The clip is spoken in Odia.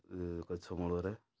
ଗଛ ମୂଳରେ